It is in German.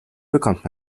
bekommt